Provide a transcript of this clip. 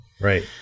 Right